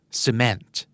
cement